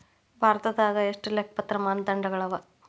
ಭಾರತದಾಗ ಎಷ್ಟ ಲೆಕ್ಕಪತ್ರ ಮಾನದಂಡಗಳವ?